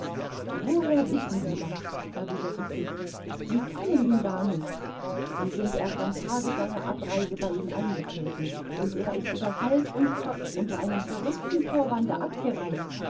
woher wissen sie das erwiderte fix sie kennen ihn gar nicht sie sind erst am tage seiner abreise bei ihm eingetreten und er ist über hals und kopf unter einem verrückten vorwande abgereist